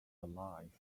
allies